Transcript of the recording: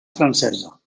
francesa